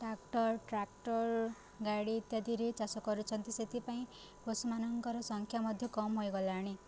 tractor tractor ଗାଡ଼ି ଇତ୍ୟାଦିରେ ଚାଷ କରୁଛନ୍ତି ସେଥିପାଇଁ ପଶୁମାନଙ୍କର ସଂଖ୍ୟା ମଧ୍ୟ କମ୍ ହୋଇଗଲାଣି